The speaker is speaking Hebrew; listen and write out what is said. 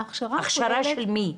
הכשרה של מי?